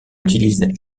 utilise